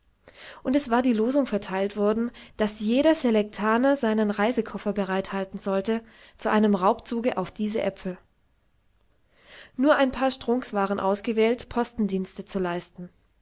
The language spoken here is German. und es war die losung verteilt worden daß jeder selektaner seinen reisekoffer bereit halten sollte zu einem raubzuge auf diese äpfel nur ein paar strunks waren ausgewählt postendienste zu leisten